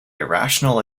irrational